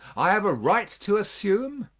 i have a right to assume,